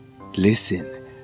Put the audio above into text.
listen